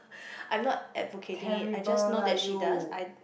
I am not advocating it I just know that she does I